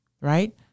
right